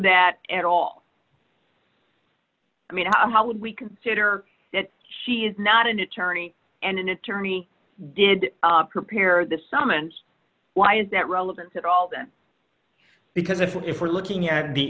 that at all i mean how would we consider that she is not an attorney and an attorney did prepare this summons why is that relevant at all then because if we're looking at the